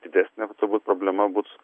didesnė turbūt problema bus